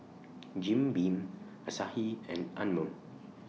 Jim Beam Asahi and Anmum